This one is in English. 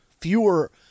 fewer